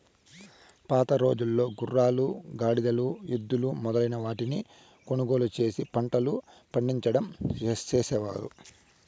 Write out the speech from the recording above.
పాతరోజుల్లో గుర్రాలు, గాడిదలు, ఎద్దులు మొదలైన వాటిని కొనుగోలు చేసి పంటలు పండించడం చేసేవారు